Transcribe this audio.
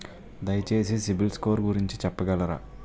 దయచేసి సిబిల్ స్కోర్ గురించి చెప్పగలరా?